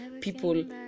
people